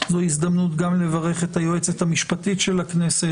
וזאת הזדמנות לברך גם את היועצת המשפטית של הכנסת,